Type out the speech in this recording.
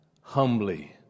Humbly